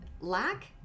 lack